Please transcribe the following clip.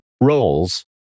roles